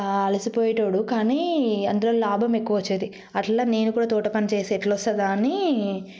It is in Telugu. అలసిపోయేటోడు కానీ అందులో లాభం ఎక్కువ వచ్చేది అట్ల నేను కూడా తోట పని చేస్తే ఎట్లా వస్తుందా అని